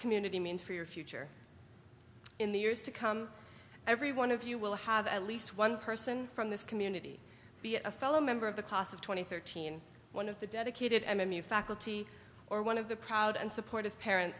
community means for your future in the years to come every one of you will have at least one person from this community be a fellow member of the class of twenty thirteen one of the dedicated m m u faculty or one of the proud and supportive parents